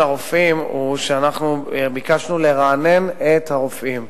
התהליך לגבי הרופאים הוא שאנחנו ביקשנו לרענן את הרופאים.